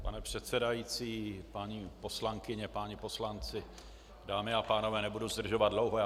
Pane předsedající, paní poslankyně, páni, poslanci, dámy a pánové, nebudu zdržovat dlouho.